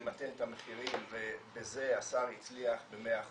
ולמתן את המחירים ובזה השר הצליח במאה אחוז,